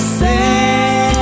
say